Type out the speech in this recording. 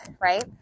right